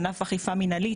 ענף אכיפה מנהלית.